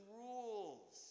rules